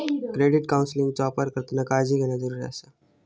credit काउन्सेलिंगचो अपार करताना काळजी घेणा जरुरी आसा